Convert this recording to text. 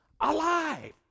alive